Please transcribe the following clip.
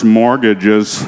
mortgages